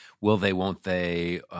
will-they-won't-they